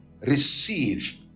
receive